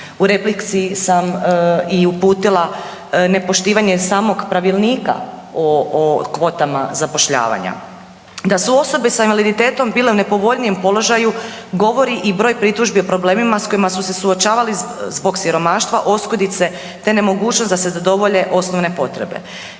U replici sam i uputila nepoštivanje samog pravilnika o kvotama zapošljavanja. Da su osobe sa invaliditetom bile u nepovoljnijem položaju govori i broj pritužbi o problemima s kojima su se suočavali zbog siromaštva, oskudice te nemogućnost da se zadovolje osnovne potrebe.